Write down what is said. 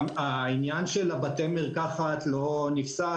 העניין של בתי המרקחת לא נפסל,